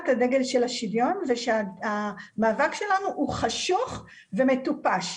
הדגל של השוויון ושהמאבק שלנו חשוך ומטופש.